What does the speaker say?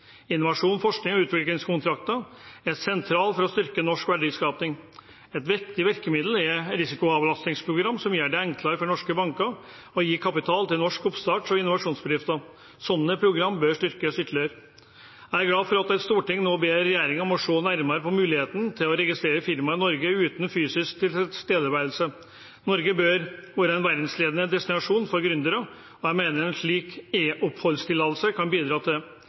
Innovasjon, forskning og utviklingskontrakter er sentralt for å styrke norsk verdiskaping. Et viktig virkemiddel er risikoavlastningsprogram, som gjør det enklere for norske banker å gi kapital til norske oppstarts- og innovasjonsbedrifter. Slike program bør styrkes ytterligere. Jeg er glad for at Stortinget nå ber regjeringen om å se nærmere på muligheten til å registrere firma i Norge uten fysisk tilstedeværelse. Norge bør være en verdensledende destinasjon for gründere, og jeg mener en slik e-oppholdstillatelse kan bidra til det.